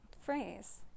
phrase